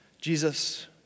Jesus